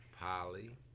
Polly